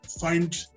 find